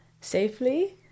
safely